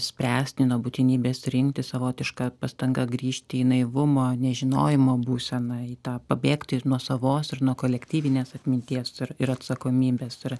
spręsti nuo būtinybės rinktis savotiška pastanga grįžt į naivumo nežinojimo būseną į tą pabėgti nuo savos ir nuo kolektyvinės atminties ir ir atsakomybės ir